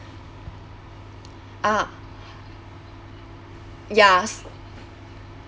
ah ya